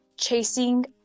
chasing